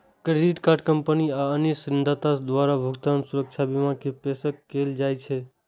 credit card company आ अन्य ऋणदाता द्वारा भुगतान सुरक्षा बीमा के पेशकश कैल जाइ छै